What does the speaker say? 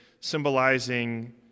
symbolizing